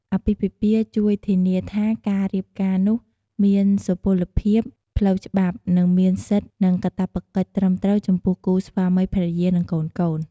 អាពាហ៍ពិពាហ៍ជួយធានាថាការរៀបការនោះមានសុពលភាពផ្លូវច្បាប់ និងមានសិទ្ធិ និងកាតព្វកិច្ចត្រឹមត្រូវចំពោះគូស្វាមីភរិយា និងកូនៗ។